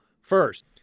first